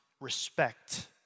respect